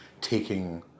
taking